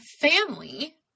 family